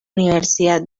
universidad